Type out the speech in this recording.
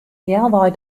healwei